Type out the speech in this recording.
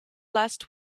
last